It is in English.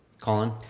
Colin